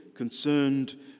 concerned